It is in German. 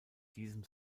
diesem